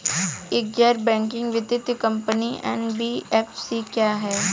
एक गैर बैंकिंग वित्तीय कंपनी एन.बी.एफ.सी क्या है?